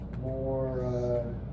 More